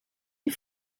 die